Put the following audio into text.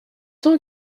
cent